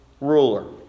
ruler